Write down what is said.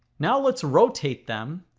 now let's rotate them,